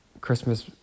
Christmas